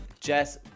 Jess